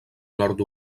nord